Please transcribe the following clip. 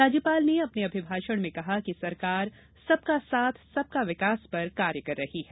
राज्यपाल ने अपने अभिभाषण में कहा कि सरकार सबका साथ सबका विकास पर कार्य कर रही है